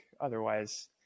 Otherwise